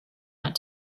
out